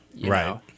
right